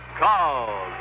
call